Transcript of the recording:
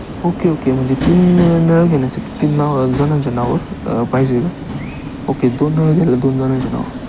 okay okay म्हणजे तीन नळ घेण्यासाठी तीन नाव जणांच्या नावावर पाहिजे का ओके दोन नळ घ्यायला दोन जणांच्या नावावर